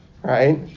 right